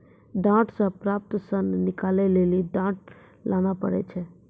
डांट से प्राप्त सन निकालै लेली डांट लाना पड़ै छै